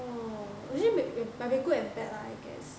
ya hor usu~ might be good and bad lah I guess